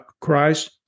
Christ